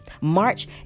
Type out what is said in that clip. March